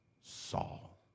Saul